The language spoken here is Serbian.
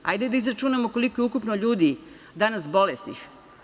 Hajde da izračunamo koliko je ukupno ljudi danas bolesnih.